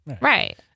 right